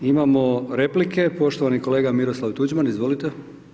Imamo replike, poštovani kolega Miroslav Tuđman, izvolite.